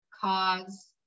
cause